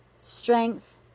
strength